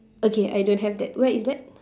okay I don't have that where is that